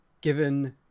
given